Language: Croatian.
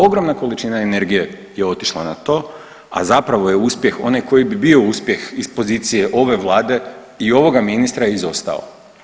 Ogromna količina energije je otišla na to, a zapravo je uspjeh, onaj koji bi bio uspjeh iz pozicije ove vlade i ovoga ministra izostao.